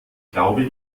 glaube